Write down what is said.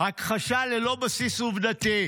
הכחשה ללא בסיס עובדתי.